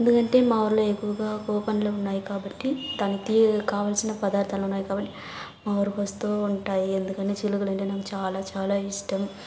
ఎందుకంటే మా ఊళ్ళు ఎక్కువుగా కో పండ్లు ఉన్నాయి కాబట్టి దాని తీయగా కావలసిన పదార్థాలు ఉన్నాయి కాబట్టి మా ఊరుకు వస్తు ఉంటాయి ఎందుకంటే చిలుకలు అంటే నాకు చాలా చాలా ఇష్టం